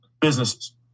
businesses